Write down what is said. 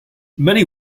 many